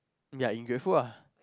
ya yoi grateful ah